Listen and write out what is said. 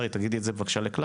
מה תפקידה במשרד?